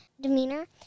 Demeanor